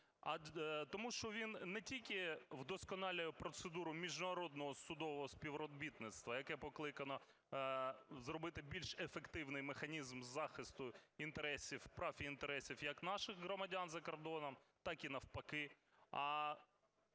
Тому що він не тільки вдосконалює процедуру міжнародного судового співробітництва, яке покликане зробити більш ефективний механізм захисту інтересів, прав і інтересів як наших громадян за кордоном, так і навпаки, в тому